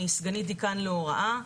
אני סגנית דיקן להוראה,